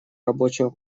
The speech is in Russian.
рабочего